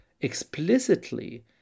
explicitly